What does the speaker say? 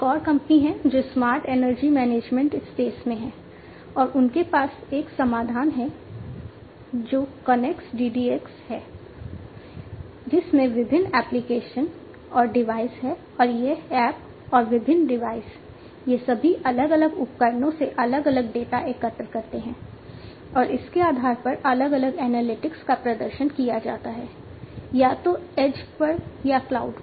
RTI real time innovation का प्रदर्शन किया जाता है या तो ऐज पर या क्लाउड पर